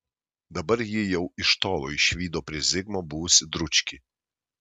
dabar ji jau iš tolo išvydo prie zigmo buvusį dručkį